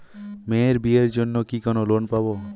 মেয়ের বিয়ের জন্য কি কোন লোন পাব?